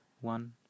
one